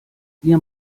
wir